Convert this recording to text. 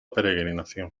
peregrinación